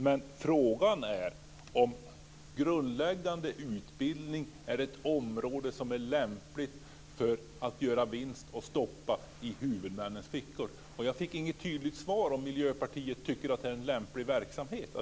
Men frågan är om grundläggande utbildning är ett område som är lämpligt för vinster att stoppa i huvudmännens fickor. Jag fick inte något svar på om Miljöpartiet tycker att det är en lämplig verksamhet.